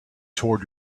toward